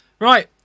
right